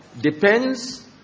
depends